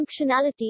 functionality